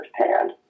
firsthand